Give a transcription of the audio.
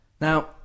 Now